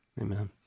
Amen